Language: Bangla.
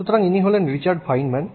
সুতরাং ইনি হলেন রিচার্ড ফাইনম্যান